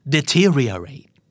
Deteriorate